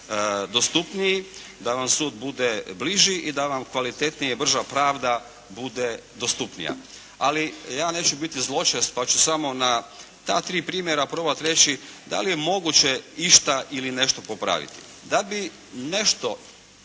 dostupniji, da vam sud bude bliži i da vam kvalitetnija i brža pravda bude dostupnija. Ali ja neću biti zločest pa ću samo na ta tri primjera probati reći da li je moguće išta ili nešta popraviti. Da bi nešto